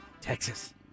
Texas